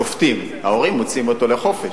ההורים מוציאים אותו לחופש,